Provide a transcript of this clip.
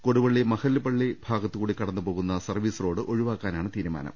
കൊടുവള്ളി മഹല്ല് പള്ളി ഭാഗത്ത് കൂടി കടന്നുപോകുന്ന സർവീസ് റോഡ് ഒഴിവാക്കാനാണ് തീരുമാനം